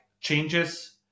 changes